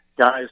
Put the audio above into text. guys